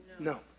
No